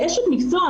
כאשת מקצוע,